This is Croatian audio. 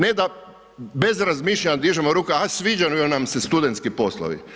Ne da bez razmišljanja dižemo ruke, a sviđaju nam se studentski poslovi.